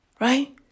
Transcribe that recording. Right